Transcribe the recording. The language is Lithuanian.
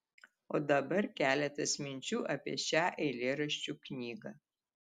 o dabar keletas minčių apie šią eilėraščių knygą